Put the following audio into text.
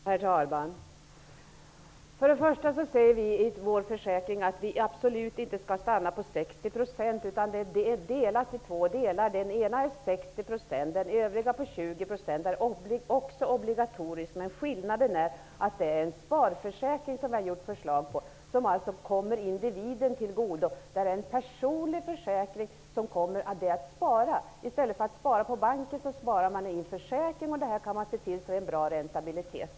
Herr talman! För det första säger vi om vårt förslag till försäkring att vi absolut inte skall stanna vid 60 % utan att det är delat i två delar. Den ena delen är 60 %. Den andra delen på 20 % är också obligatorisk. Men skillnaden är att vi har föreslagit en sparförsäkring som kommer individen tillgodo. Det är en personlig försäkring att spara till. I stället för att spara på banken, sparar man i en försäkring. Man kan se till att detta ger en bra räntabilitet.